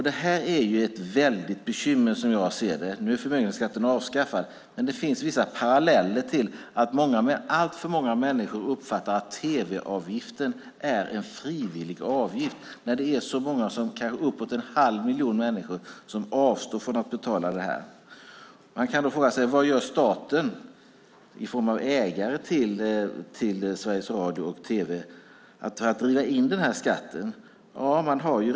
Det är ett bekymmer. Nu är förmögenhetsskatten avskaffad. Men det finns vissa paralleller till att alltför många människor uppfattar att tv-avgiften är en frivillig avgift. Uppemot en halv miljon människor avstår från att betala avgiften. Vad gör staten i form av ägare till Sveriges Radio och Sveriges Television för att driva in denna skatt?